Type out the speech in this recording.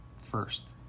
first